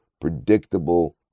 predictable